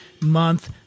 month